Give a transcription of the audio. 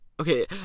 Okay